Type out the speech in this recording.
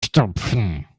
stopfen